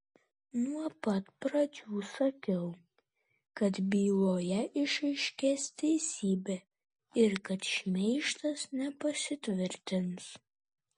nuo pat pradžių sakiau kad byloje išaiškės teisybė ir kad šmeižtas nepasitvirtins